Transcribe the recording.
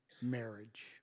marriage